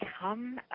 come